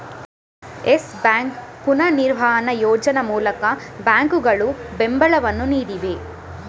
Yes Bank ಪುನರ್ನಿರ್ಮಾಣ ಯೋಜನೆ ಮೂಲಕ ಬ್ಯಾಂಕುಗಳು ಬೆಂಬಲವನ್ನು ನೀಡಿವೆ